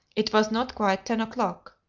it was not quite ten o'clock.